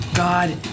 God